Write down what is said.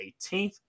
18th